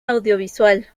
audiovisual